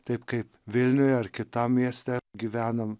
taip kaip vilniuj ar kitam mieste gyvenam